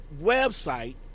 website